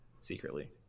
secretly